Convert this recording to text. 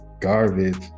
garbage